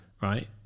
right